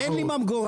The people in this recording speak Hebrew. -- אין לי ממגורה,